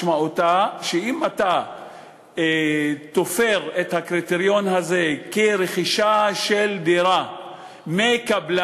משמעותה שאם אתה תופר את הקריטריון הזה כרכישה של דירה מקבלן,